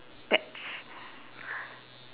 pets